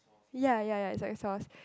ya ya ya it's like a sauce